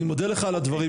אני מודה לך על הדברים,